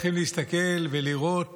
צריכים להסתכל ולראות